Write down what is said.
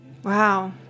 Wow